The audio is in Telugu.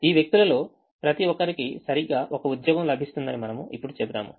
ఈ వ్యక్తులలో ప్రతి ఒక్కరికి సరిగ్గా ఒక ఉద్యోగం లభిస్తుందని మనము ఇప్పుడు చెబుతాము